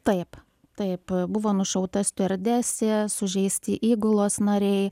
taip taip buvo nušauta stiuardesė sužeisti įgulos nariai